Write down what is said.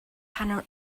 hanner